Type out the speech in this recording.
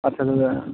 आस्सा